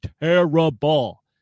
terrible